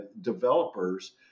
developers